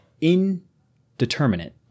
indeterminate